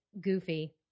goofy